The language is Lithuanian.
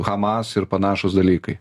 hamas ir panašūs dalykai